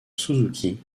suzuki